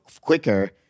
quicker